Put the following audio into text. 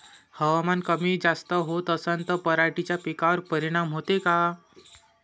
हवामान कमी जास्त होत असन त पराटीच्या पिकावर परिनाम होते का?